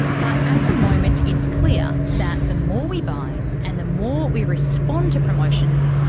but at the moment it's clear that the more we buy and the more we respond to promotions,